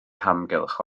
hamgylch